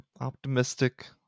optimistic